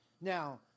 Now